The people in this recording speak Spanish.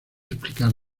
explicar